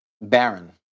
Baron